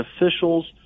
officials